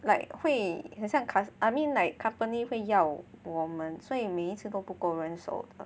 like 会很像 cust~ I mean like company 会要我们所以每一次都不够人手的